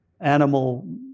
Animal